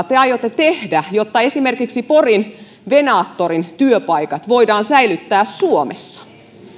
te aiotte tehdä jotta esimerkiksi porin venatorin työpaikat voidaan säilyttää suomessa